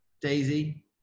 daisy